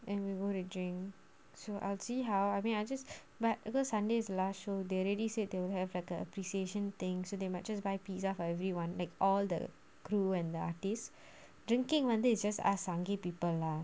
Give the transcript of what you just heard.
and we go to drink so I'll see how I mean I just but because sunday's last show they already said they would have better appreciation things so they might just buy pizza for everyone like all the crew and the artist drinking monday just us sunge people lah